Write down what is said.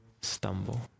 stumble